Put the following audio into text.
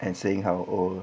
and saying how oh